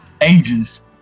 ages